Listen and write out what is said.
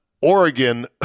Oregon